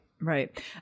Right